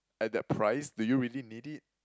at that price do you really need it